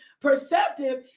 perceptive